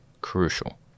Crucial